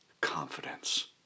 confidence